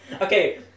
Okay